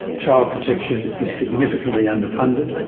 child protection is significantly under-funded.